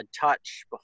Touch